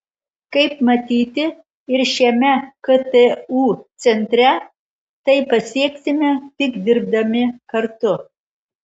kaip matyti ir šiame ktu centre tai pasieksime tik dirbdami kartu